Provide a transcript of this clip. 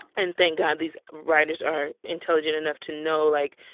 and thank god these writers are intelligent enough to know, like,